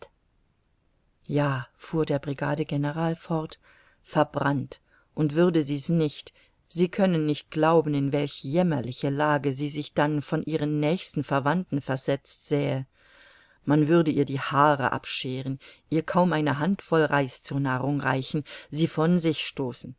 ja fuhr der brigadegeneral fort verbrannt und würde sie's nicht sie können nicht glauben in welch jämmerliche lage sie sich dann von ihren nächsten verwandten versetzt sähe man würde ihr die haare abscheeren ihr kaum eine handvoll reis zur nahrung reichen sie von sich stoßen